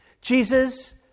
Jesus